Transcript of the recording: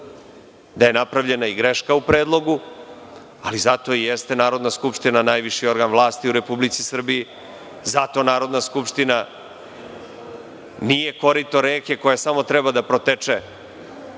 da je napravljena greška u predlogu, ali zato i jeste Narodna skupština najviši organ vlasti u Republici Srbiji, zato Narodna skupština nije korito reke koja samo treba da proteče